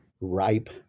ripe